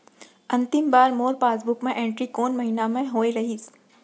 अंतिम बार मोर पासबुक मा एंट्री कोन महीना म होय रहिस?